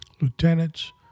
lieutenants